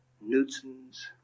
newtons